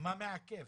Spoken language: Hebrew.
מה מעכב,